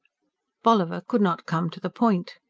bolliver could not come to the point.